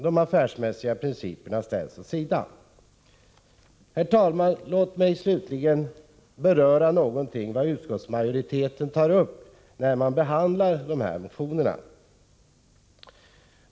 De affärsmässiga principerna ställs åt sidan. Herr talman! Låt mig slutligen beröra något av vad utskottsmajoriteten tar upp när man behandlar dessa motioner.